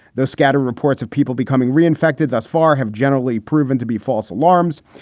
though scattered reports of people becoming reinfected thus far have generally proven to be false alarms.